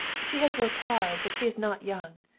she has worked hard, but she is not young.